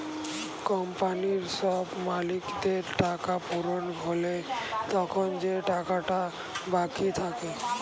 কোম্পানির সব মালিকদের টাকা পূরণ হলে তখন যে টাকাটা বাকি থাকে